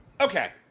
Okay